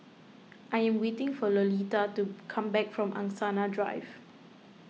I am waiting for Lolita to come back from Angsana Drive